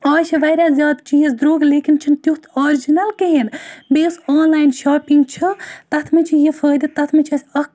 اَز چھِ واریاہ زیادٕ چیز درٛوگ لیکِن چھُنہٕ تِیُتھ آرجنَل کِہیٖنۍ بیٚیہِ یُس آن لایِن شاپِنگ چھِ تَتھ مَنٛز چھِ یہِ فٲیدٕ تَتھ مَنٛز چھِ اَسہِ اَکھ